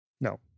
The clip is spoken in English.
No